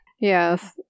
Yes